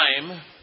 time